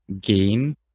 gain